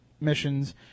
missions